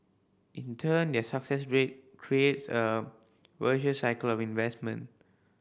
in turn their success creates a virtuous cycle of investment